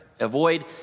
Avoid